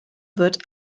wird